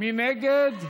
מי נגד?